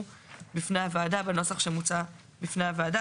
בפני הוועדה בנוסח שמוצע בפני הוועדה.